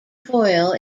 foil